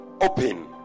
open